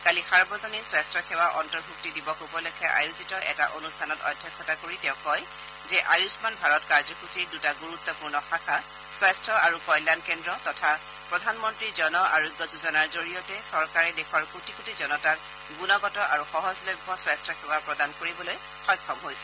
কালি সাৰ্বজনীন স্বাস্যসেৱা অন্তৰ্ভূক্তি দিৱস উপলক্ষে আয়োজিত এটা অনুষ্ঠানৰ অধ্যক্ষতা কৰি তেওঁ কয় যে আয়ুমান ভাৰত কাৰ্যসূচীৰ দূটা গুৰুত্পূৰ্ণ শাখা স্বাস্থ্য আৰু কল্যাণ কেন্দ্ৰ তথা প্ৰধানমন্ত্ৰী জন আৰোগ্য যোজনাৰ জৰিয়তে চৰকাৰে দেশৰ কোটি কোটি জনতাক গুণগত আৰু সহজলভ্য স্বাস্থ্য সেৱা প্ৰদান কৰিবলৈ সক্ষম হৈছে